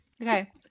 Okay